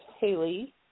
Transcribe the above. Haley